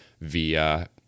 via